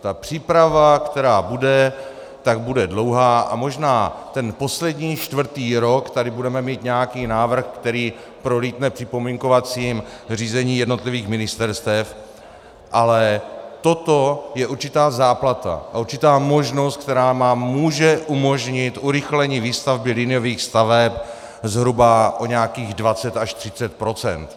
Ta příprava, která bude, bude dlouhá a možná ten poslední, čtvrtý rok tady budeme mít nějaký návrh, který prolítne připomínkovacím řízením jednotlivých ministerstev, ale toto je určitá záplata a určitá možnost, která nám může umožnit urychlení výstavby liniových staveb zhruba o nějakých 20 až 30 %.